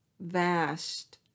vast